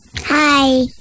Hi